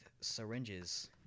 syringes